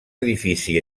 edifici